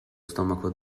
stomaco